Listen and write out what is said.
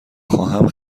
خواهم